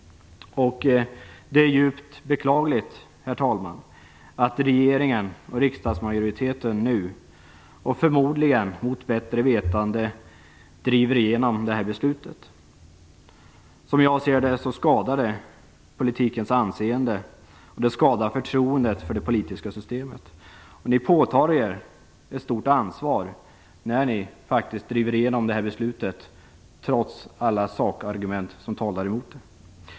Det är djupt beklagligt, herr talman, att regeringen och riksdagsmajoriteten nu förmodligen mot bättre vetande driver igenom beslutet. Som jag ser det skadar det politikens anseende, och det skadar förtroendet för det politiska systemet. Ni påtar er ett stort ansvar när ni driver igenom beslutet trots alla sakargument som talar emot det.